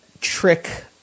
trick